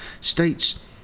states